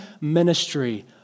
ministry